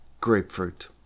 grapefruit